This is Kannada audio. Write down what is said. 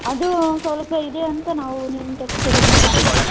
ಅದು ಸ್ವಲ್ಪ ಇದೆ ಅಂತ ನಾವು ನಿಮ್ಮ ಟೆಕ್ಸ್ಟೈಲಿಗೆ ಮಾಡಿದ್ದು ಮೇಡಮ್